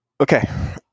Okay